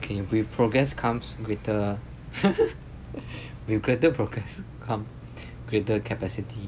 okay with progress comes greater with greater progress come greater capacity